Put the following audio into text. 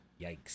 Yikes